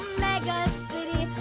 mega city!